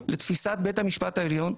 לתפיסת בית המשפט העליון,